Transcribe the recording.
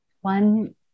one